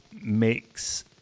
makes